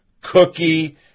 Cookie